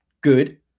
good